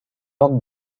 poc